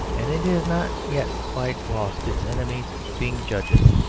and it has not yet quite lost, its enemies being judges,